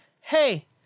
hey